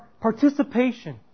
participation